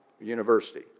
University